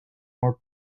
more